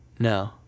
No